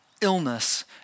illness